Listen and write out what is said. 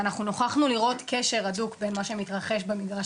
ואנחנו נוכחנו לראות קשר הדוק בין מה שמתרחש במגרש